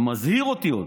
אתה מזהיר אותי עוד.